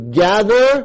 gather